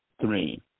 three